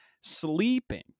sleeping